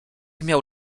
miał